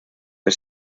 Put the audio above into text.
per